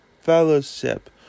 fellowship